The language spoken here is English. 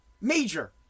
Major